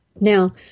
Now